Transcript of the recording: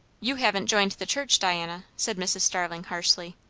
you haven't joined the church, diana, said mrs. starling harshly.